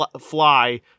fly